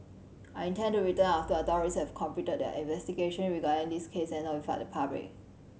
I intend to return after authorities have completed a investigation regarding this case and notified the public